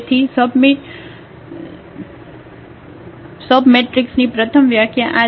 તેથી સબમટ્રિક્સની પ્રથમ વ્યાખ્યા આ છે